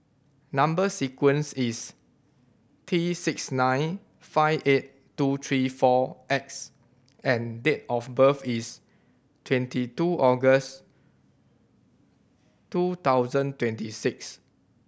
number sequence is T six nine five eight two three four X and date of birth is twenty two August two thousand twenty six